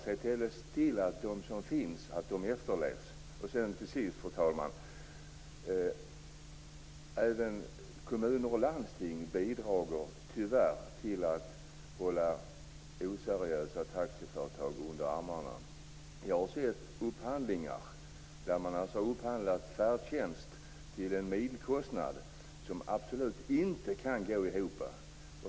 Se i stället till att de som finns efterlevs. Till sist, fru talman, även kommuner och landsting bidrar tyvärr till att hålla oseriösa taxiföretag under armarna. Jag har sett upphandlingar där man har upphandlat färdtjänst till en milkostnad som absolut inte kan gå ihop.